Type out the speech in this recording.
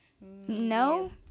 No